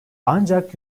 ancak